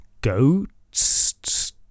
goats